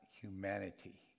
humanity